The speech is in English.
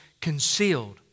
concealed